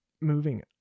Moving